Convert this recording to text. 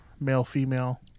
male-female